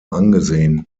angesehen